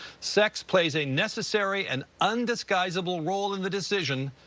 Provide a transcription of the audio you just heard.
sex plays a necessary and undisguisable role in the decision,